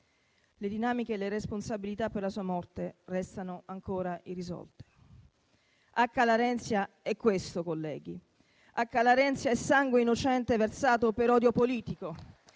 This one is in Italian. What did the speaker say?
Le dinamiche e le responsabilità per la sua morte restano ancora irrisolte. Acca Larenzia è questo, colleghi. Acca Larenzia è sangue innocente versato per odio politico